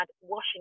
washing